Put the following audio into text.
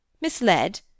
Misled